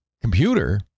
computer